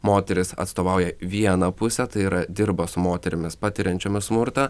moterys atstovauja vieną pusę tai yra dirba su moterimis patiriančiomis smurtą